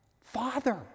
father